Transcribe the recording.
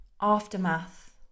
aftermath